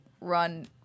run